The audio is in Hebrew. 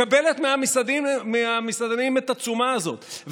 מקבלת מהמסעדנים את התשומה הזאת,